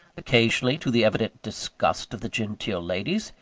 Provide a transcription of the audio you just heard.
occasionally, to the evident disgust of the genteel ladies,